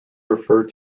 referred